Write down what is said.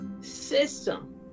system